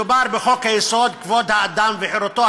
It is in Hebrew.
מדובר בחוק-היסוד: כבוד האדם וחירותו,